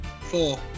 Four